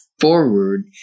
forward